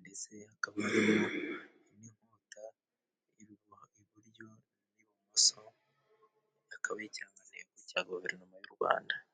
Ndetse hakaba harimo n'inkota iburyo n'ibumoso. Hakaba ikirangantego cya guverinoma y'u Rwanda.